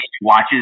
watches